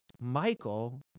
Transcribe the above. Michael